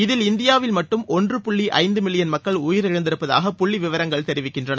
இதில் இந்தியாவில் மட்டும் ஒன்று புள்ளி ஐந்து மில்லியன் மக்கள் உயிரிழந்திருப்பதாக புள்ளி விவரங்கள் தெரிவிக்கின்றன